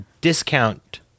discount